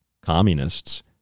communists